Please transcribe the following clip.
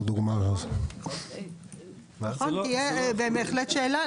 זו תהיה בהחלט שאלה.